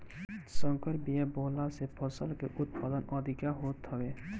संकर बिया बोअला से फसल के उत्पादन अधिका होत हवे